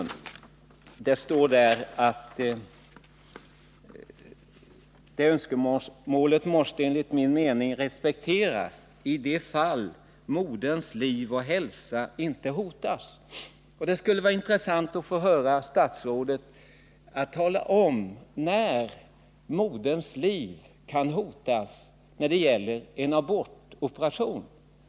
När det gäller sjukvårdspersonal som av etiska eller religiösa skäl inte vill medverka vid aborter säger sjukvårdsministern: ”Det önskemålet måste enligt min mening respekteras i de fall moderns liv och hälsa inte hotas.” Det skulle vara intressant att få höra statsrådet tala om i vilka fall moderns liv kan hotas när det gäller en abortoperation.